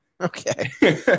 Okay